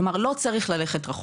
כלומר לא צריך ללכת רחוק,